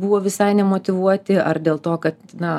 buvo visai nemotyvuoti ar dėl to kad na